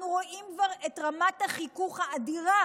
אנחנו רואים כבר את רמת החיכוך האדירה